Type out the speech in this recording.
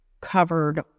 covered